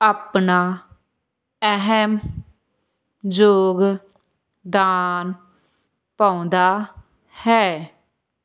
ਆਪਣਾ ਅਹਿਮ ਯੋਗਦਾਨ ਪਾਉਂਦਾ ਹੈ